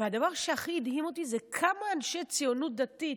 והדבר שהכי הדהים אותי זה כמה אנשי הציונות הדתית,